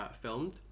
filmed